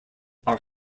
are